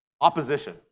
opposition